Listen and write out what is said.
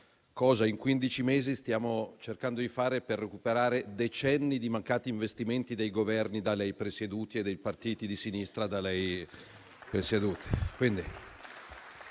in quindici mesi stiamo cercando di fare per recuperare decenni di mancati investimenti dei Governi da lei presieduti e dei partiti di sinistra da lei presieduti.